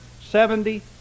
seventy